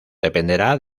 dependerá